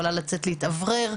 יכולה לצאת להתאוורר.